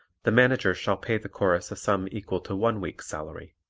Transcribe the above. the manager shall pay the chorus a sum equal to one week's salary.